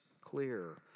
clear